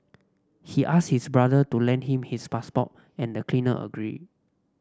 he asked his brother to lend him his passport and the cleaner agreed